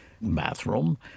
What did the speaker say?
bathroom